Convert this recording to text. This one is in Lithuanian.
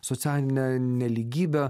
socialinę nelygybę